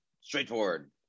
straightforward